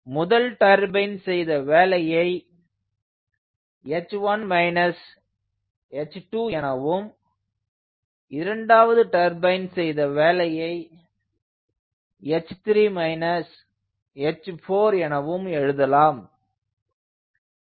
முதல் டர்பைன் செய்த வேலையை h1 h2 எனவும் இரண்டாவது டர்பைன் செய்த வேலையை h3 h4 எனவும் எழுதலாம்